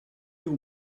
aux